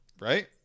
Right